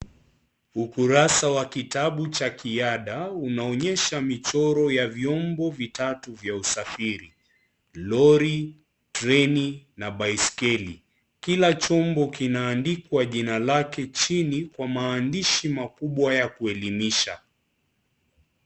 Ukurasa wa kitabu cha kiada unaonyesha michoro ya vyombo vitatu vya usafiri. Lori, treni na baiskeli. Kila chombo kinaandikwa jina lake chini kwa maandishi makubwa ya kuelimisha.